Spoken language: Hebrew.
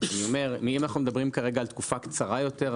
אני אומר שאם אנחנו מדברים כרגע על תקופה קצרה יותר,